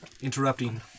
interrupting